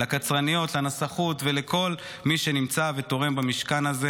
לקצרניות, לנסחות ולכל מי שנמצא ותורם במשכן הזה.